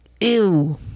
ew